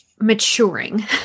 maturing